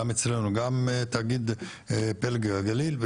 גם תאגיד פלג הגליל,